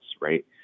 right